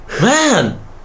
man